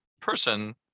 person